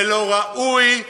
ולא ראוי,